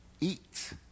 eat